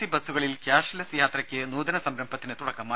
C ബസ്സുകളിൽ cashless യാത്രയ്ക്ക് നൂതന സംരംഭത്തിന് തുടക്കമായി